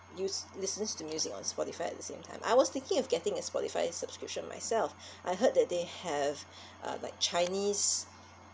use listens to music on spotify at the same time I was thinking of getting a spotify subscription myself I heard that they have uh like chinese